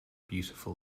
beautiful